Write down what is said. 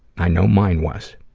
i know mine was.